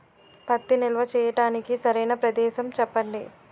పత్తి నిల్వ చేయటానికి సరైన ప్రదేశం చెప్పండి?